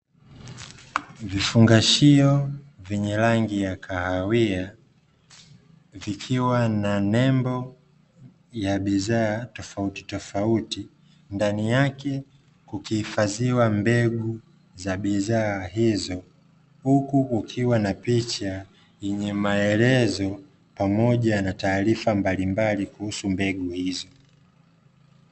Vifungashio vyenye rangi ya kahawia vikiwa na nembo ya bidhaa tofautitofauti, ndani yake kukihifadhiwa mbegu za bidhaa hizo huku kukiwa na picha yenye maelezo pamoja na taarifa mbalimbali kuhusu mbegu hizo.